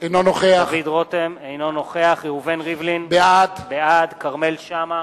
אינו נוכח ראובן ריבלין, בעד כרמל שאמה,